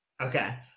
Okay